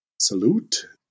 salute